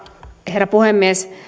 herra puhemies